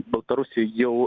baltarusija jau